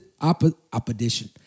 opposition